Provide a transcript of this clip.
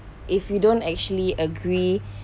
if you don't actually agree